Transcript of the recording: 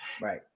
Right